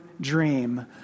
dream